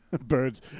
Birds